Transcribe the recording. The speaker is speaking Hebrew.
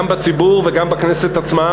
גם בציבור וגם בכנסת עצמה,